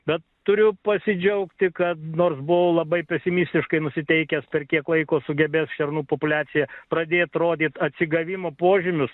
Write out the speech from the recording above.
bet turiu pasidžiaugti kad nors buvau labai pesimistiškai nusiteikęs per kiek laiko sugebės šernų populiacija pradėt rodyt atsigavimo požymius